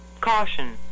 Caution